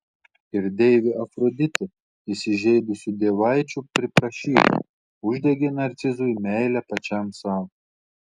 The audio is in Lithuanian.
ir deivė afroditė įsižeidusių dievaičių priprašyta uždegė narcizui meilę pačiam sau